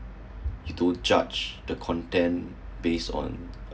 you don't judge the content base on